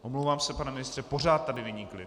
Omlouvám se, pane ministře, pořád tady není klid...